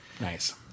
Nice